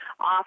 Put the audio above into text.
off